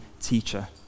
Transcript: teacher